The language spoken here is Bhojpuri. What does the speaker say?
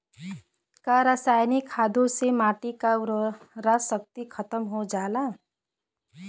का रसायनिक खादों से माटी क उर्वरा शक्ति खतम हो जाला?